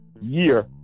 year